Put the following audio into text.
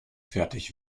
fertig